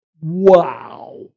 Wow